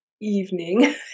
evening